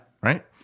Right